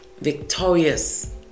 victorious